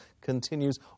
continues